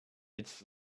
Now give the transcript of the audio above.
its